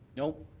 no.